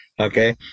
Okay